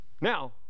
Now